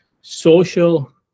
social